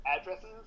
addresses